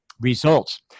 results